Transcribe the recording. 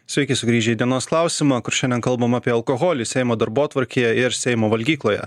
sveiki sugrįžę į dienos klausimą kur šiandien kalbam apie alkoholį seimo darbotvarkėje ir seimo valgykloje